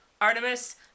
Artemis